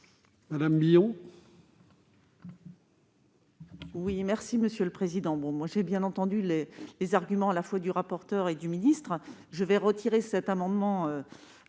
Madame Billon,